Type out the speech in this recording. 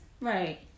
Right